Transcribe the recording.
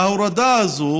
ההורדה הזאת,